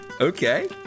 Okay